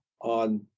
on